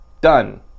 Done